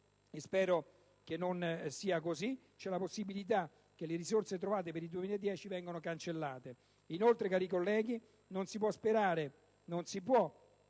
spero che non sia cosi - c'è la possibilità che le risorse trovate per il 2010 vengano cancellate. Inoltre, cari colleghi, non si può sperare che uno